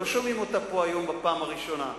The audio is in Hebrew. לא שומעים אותה פה היום בפעם הראשונה.